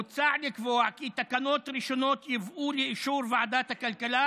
מוצע לקבוע כי תקנות ראשונות יובאו לאישור ועדת הכלכלה